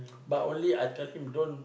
but only I tell him don't